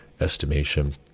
estimation